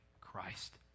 Christ